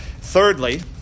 Thirdly